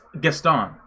Gaston